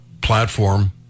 platform